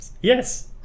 Yes